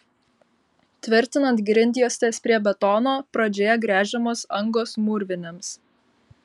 tvirtinant grindjuostes prie betono pradžioje gręžiamos angos mūrvinėms